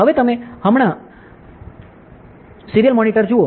હવે તમે હમણાં જ સીરીયલ મોનિટર જુઓ